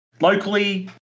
locally